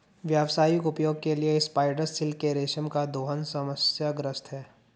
व्यावसायिक उपयोग के लिए स्पाइडर सिल्क के रेशम का दोहन समस्याग्रस्त है